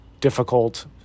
difficult